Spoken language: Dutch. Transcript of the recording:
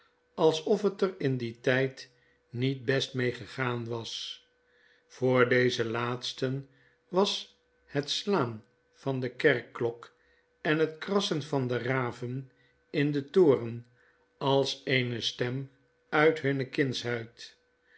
alsof het er in dien tjjd niet best raee gegaan was voor deze laatsten was hetslaan van de kerkklok en het krassen van de raven in den toren als eene stem uit hunne kindsheid